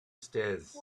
stairs